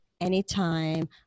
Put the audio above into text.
anytime